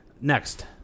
Next